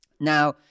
Now